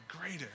greater